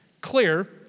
clear